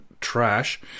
trash